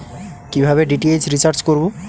কিভাবে DTH recharge করব?